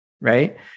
right